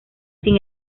sin